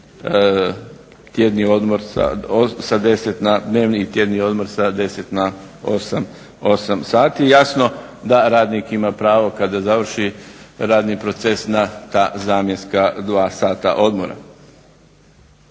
dnevni i tjedni odmor sa 10 na 8 sati. Jasno da radnik ima pravo kada završi radni proces na ta zamjenska 2 sata odmora.